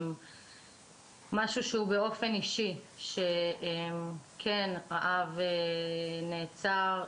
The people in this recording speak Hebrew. באופן אישי האב נעצר,